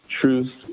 truth